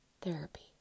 therapy